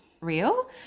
real